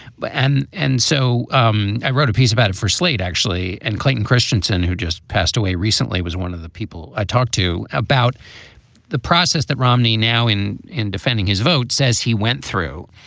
but and and so um i wrote a piece about it for slate, actually. and clayton christensen, who just passed away recently, was one of the people i talked to about the process that romney now in in defending his vote says he went through.